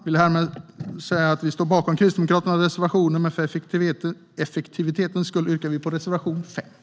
Vi kristdemokrater står bakom alla våra reservationer, men för effektivitetens skull yrkar jag bifall till bara till reservation 5.